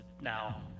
now